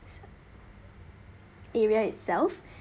area itself